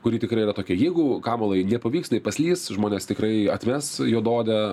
kuri tikrai yra tokia jeigu kamalai nepavyks jinai paslys žmonės tikrai atmes juodaodę